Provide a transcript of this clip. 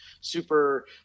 super